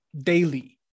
daily